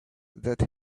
that